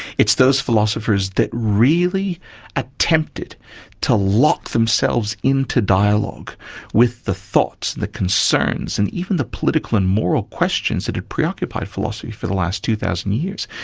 it's those philosophers that really attempted to lock themselves in to dialogue with the thoughts, the concerns and even the political and moral questions that have preoccupied philosophy for the last two thousand years,